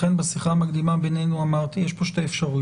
לכן בשיחה המקדימה בינינו אמרתי שיש כאן שתי אפשרויות.